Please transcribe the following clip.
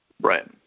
Right